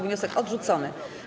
Wniosek odrzucony.